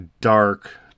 dark